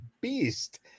beast